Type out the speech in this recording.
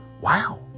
wow